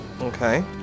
Okay